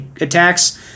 attacks